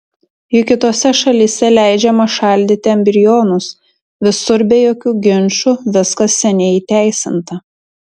juk kitose šalyse leidžiama šaldyti embrionus visur be jokių ginčų viskas seniai įteisinta